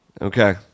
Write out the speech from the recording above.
Okay